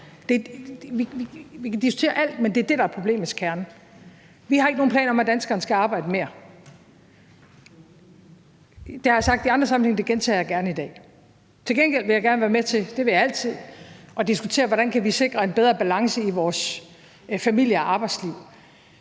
og luftforsvar. Det er det, der er problemets kerne. Vi har ikke nogen planer om, at danskerne skal arbejde mere. Det har jeg sagt i andre sammenhænge, og det gentager jeg gerne i dag. Til gengæld vil jeg altid gerne være med til at og diskutere, hvordan vi kan sikre en bedre balance i vores familie- og arbejdsliv.